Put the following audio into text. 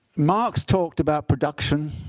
marx talked about production